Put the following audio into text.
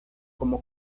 como